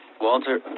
Walter